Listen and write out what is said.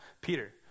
Peter